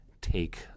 take